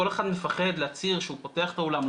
כל אחד מפחד להצהיר שהוא פותח את האולם,